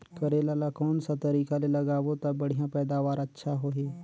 करेला ला कोन सा तरीका ले लगाबो ता बढ़िया पैदावार अच्छा होही?